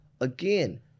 again